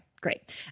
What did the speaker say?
Great